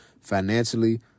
financially